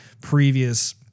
previous